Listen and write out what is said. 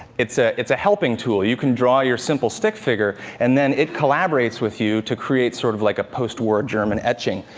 it's ah it's a helping tool. you can draw your simple stick figure, and it collaborates with you to create sort of like a post-war german etching.